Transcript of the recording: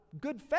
good